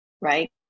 right